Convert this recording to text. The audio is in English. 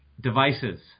Devices